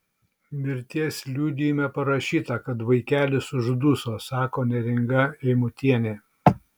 mirties liudijime parašyta kad vaikelis užduso sako neringa eimutienė